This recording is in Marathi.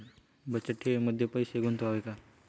बचत ठेवीमध्ये पैसे गुंतवावे का?